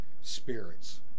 spirits